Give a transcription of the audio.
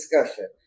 discussion